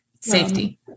safety